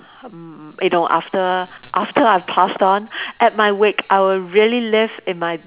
mm you know after after I've passed on at my wake I would really leave in my